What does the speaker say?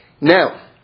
Now